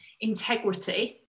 integrity